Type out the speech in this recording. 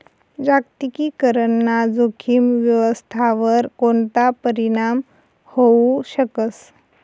जागतिकीकरण ना जोखीम व्यवस्थावर कोणता परीणाम व्हवू शकस